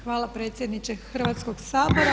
Hvala predsjedniče Hrvatskog Sabora.